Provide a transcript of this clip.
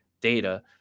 data